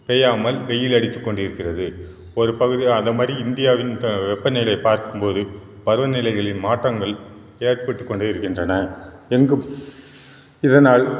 பெய்யாமல் வெயில் அடித்துக்கொண்டு இருக்கிறது ஒரு பகுதி அதை மாதிரி இந்தியாவின் த வெப்பநிலையை பார்க்கும் போது பருவநிலைகளில் மாற்றங்கள் ஏற்பட்டு கொண்டே இருக்கின்றன எங்கும் இதனால்